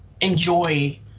enjoy